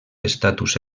estatus